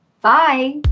Bye